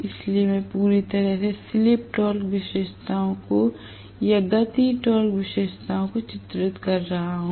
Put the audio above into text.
इसलिए मैं पूरी तरह से स्लिप टॉर्क विशेषताओं को या गति टॉर्क विशेषताओं को चित्रित कर सकता हूं